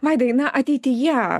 vaidai na ateityje